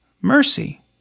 mercy